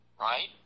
right